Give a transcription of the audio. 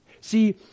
See